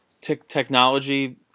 technology